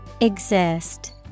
Exist